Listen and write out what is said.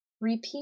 Repeat